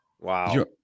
Wow